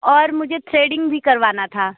और मुझे थ्रेडिंग भी करवाना था